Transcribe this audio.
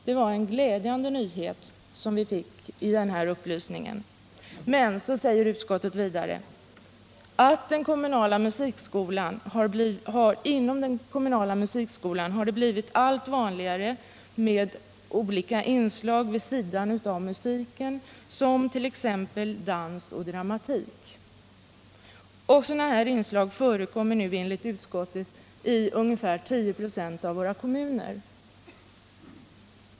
Det var en glädjande nyhet. Men utskottet säger vidare att ”det i den kommunala musikskolan blivit allt vanligare med olika inslag vid sidan av musiken, exempelvis dans och dramatik”. Sådana inslag förekommer nu enligt utskottet i ungefär 10 926 av våra kommuner.